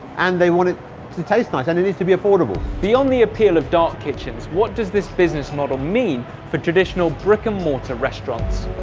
and they want it to taste nice and it needs to be affordable. beyond the appeal of dark kitchens, what does this business model mean for traditional brick-and-mortar restaurants?